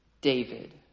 David